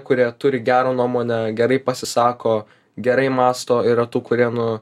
kurie turi gerą nuomonę gerai pasisako gerai mąsto yra tų kurie nu